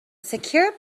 secure